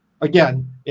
again